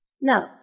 No